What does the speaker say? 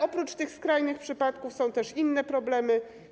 Oprócz tych skrajnych przypadków są też inne problemy.